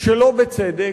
שלא בצדק,